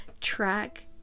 track